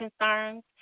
concerns